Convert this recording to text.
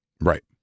Right